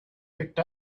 picked